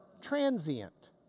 transient